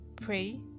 pray